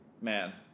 man